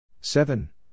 Seven